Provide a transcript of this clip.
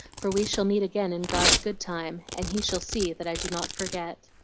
for we shall meet again in god's good time and he shall see that i do not forget